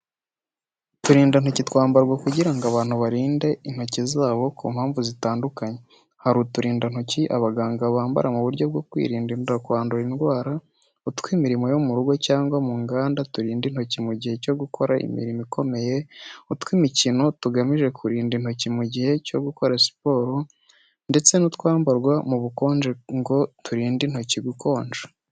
Uturindantoki twambarwa kugira ngo abantu barinde intoki zabo ku mpamvu zitandukanye. Hari uturindantoki abaganga bambara mu buryo bwo kwirinda kwandura indwara, utw'imirimo yo mu rugo cyangwa mu nganda turinda intoki mu gihe cyo gukora imirimo ikomeye, utw’imikino tugamije kurinda intoki mu gihe cyo gukora siporo, ndetse n'utwambarwa mu bukonje ngo turinde intoki gukonja.